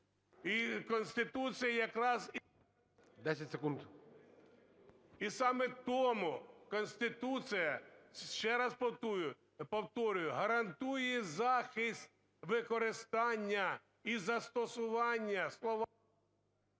І саме тому Конституція, ще раз повторюю, гарантує захист використання і застосування…